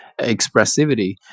expressivity